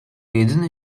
jedyny